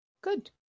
Good